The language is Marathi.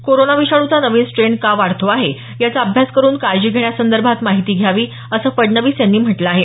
कोरोना विषाण्चा नवीन स्ट्रेन का वाढतो आहे याचा अभ्यास करून काळजी घेण्यासंदर्भात माहिती द्यावी असं फडणवीस यांनी म्हटलं आहे